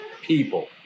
people